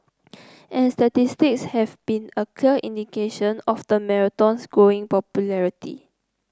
and statistics have been a clear indication of the marathon's growing popularity